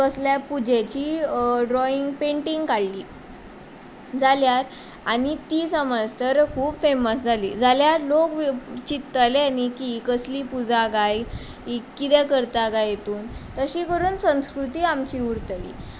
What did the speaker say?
कसल्या पुजेची drawing painting काडली जाल्यार आनी ती समज तर खूब फेमस जाली जाल्यार लोक चिंततले न्ही की ही कसली पुजा गाय ही किदें करता गाय हितून तशी करून संस्कृती आमची उरतली